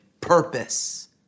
purpose